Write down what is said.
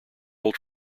old